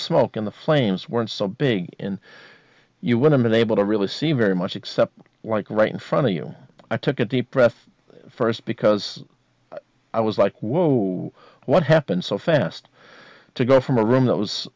smoke in the flames weren't so big in you when i'm unable to really see very much except like right in front of you i took a deep breath first because i was like whoa what happened so fast to go from a room that was